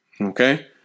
Okay